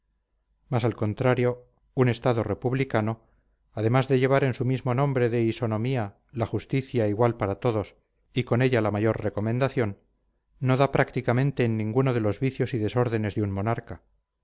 mas al contrario un estado republicano además de llevar en su mismo nombre de isonomía la justicia igual para todos y con ella la mayor recomendación no da prácticamente en ninguno de los vicios y desórdenes de un monarca